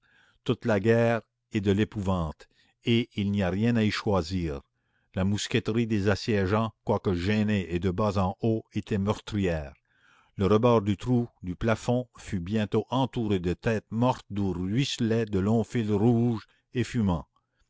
toute la guerre est de l'épouvante et il n'y a rien à y choisir la mousqueterie des assiégeants quoique gênée et de bas en haut était meurtrière le rebord du trou du plafond fut bientôt entouré de têtes mortes d'où ruisselaient de longs fils rouges et fumants